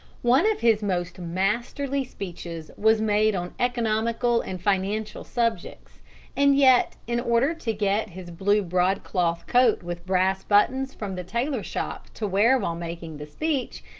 one of his most masterly speeches was made on economical and financial subjects and yet in order to get his blue broadcloth coat with brass buttons from the tailor-shop to wear while making the speech,